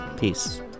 Peace